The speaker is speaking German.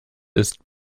ist